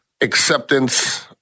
acceptance